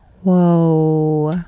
Whoa